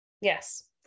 Yes